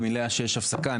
אני התעדכנתי מלאה שיש הפסקה.